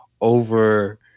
Over